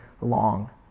long